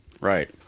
Right